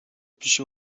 پیش